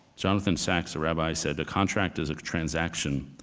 jonathan sacks, a rabbi, said, the contract is a transaction,